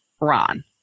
Ron